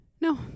no